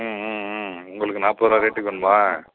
ம் ம் ம் உங்களுக்கு நாற்பது ருபா ரேட்டுக்கு வேணுமா